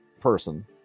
person